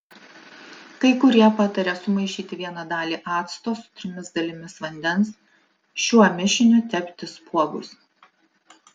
kai kurie pataria sumaišyti vieną dalį acto su trimis dalimis vandens šiuo mišiniu tepti spuogus